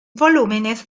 volúmenes